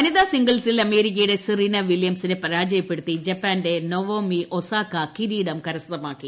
വനിതാ സിംഗിൾസിൽ അമേരിക്കയുടെ സെറീന വിലൃംസിനെ പരാജയപ്പെടുത്തി ജപ്പാന്റെ നവോമി ഒസാക കിരീടം കരസ്ഥമാക്കി